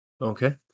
Okay